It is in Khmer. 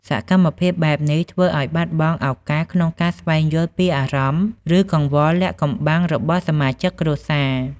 សកម្មភាពបែបនេះធ្វើអោយបាត់បង់ ឱកាសក្នុងការស្វែងយល់ពីអារម្មណ៍ ឬកង្វល់លាក់កំបាំងរបស់សមាជិកគ្រួសារ។